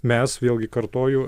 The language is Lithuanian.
mes vėlgi kartoju